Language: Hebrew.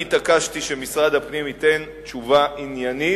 אני התעקשתי שמשרד הפנים ייתן תשובה עניינית,